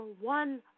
one